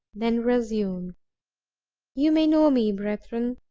then resumed you may know me, brethren,